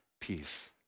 peace